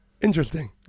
interesting